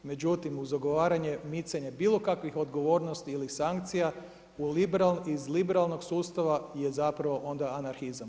Međutim, uz ugovaranja micanja bilo kakvih odgovornosti ili sankcija iz liberalnog sustava je zapravo onda anarhizam.